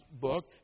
book